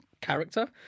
character